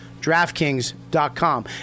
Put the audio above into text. DraftKings.com